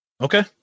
Okay